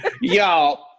Y'all